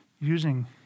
using